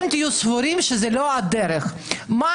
אם תהיו סבורים שזה לא הדרך,